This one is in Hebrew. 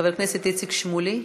חבר הכנסת איציק שמולי.